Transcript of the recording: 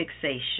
fixation